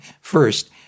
First